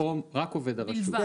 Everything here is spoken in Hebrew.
רק עובד הרשות.